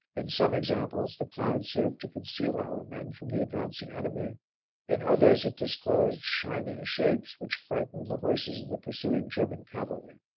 in some examples the cloud served to conceal our men from the advancing enemy in others, it disclosed shining shapes which frightened the horses of the pursuing german cavalry.